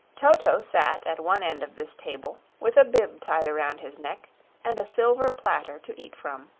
toto sat at one end of this table with a bib tied around his neck and a silver platter to eat from.